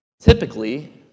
Typically